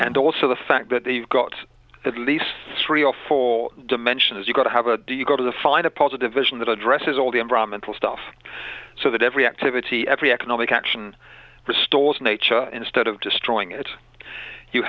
and also the fact that you've got at least three or four dimensions you've got to have a do you go to find a positive vision that addresses all the environmental stuff so that every activity every economic action restores nature instead of destroying it you